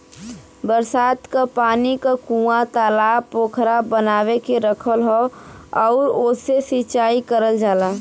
बरसात क पानी क कूंआ, तालाब पोखरा बनवा के रखल हौ आउर ओसे से सिंचाई करल जाला